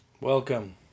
Welcome